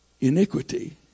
iniquity